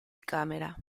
camera